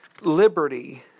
liberty